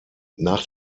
nach